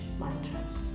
mantras